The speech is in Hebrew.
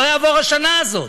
לא תעבור השנה הזאת.